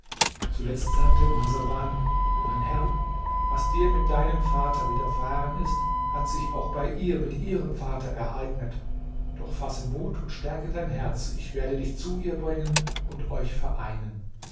zuletzt sagte marsawan mein herr was dir mit deinem vater widerfahren ist hat sich auch bei ihr mit ihrem vater ereignet doch fasse mut und stärke dein herz ich werde dich zu ihr bringen und euch vereinen